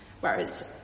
Whereas